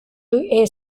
early